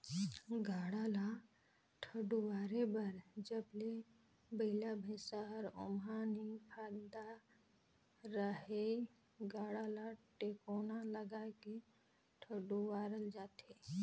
गाड़ा ल ठडुवारे बर जब ले बइला भइसा हर ओमहा नी फदाय रहेए गाड़ा ल टेकोना लगाय के ठडुवारल जाथे